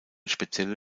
spezielle